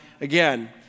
again